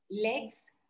legs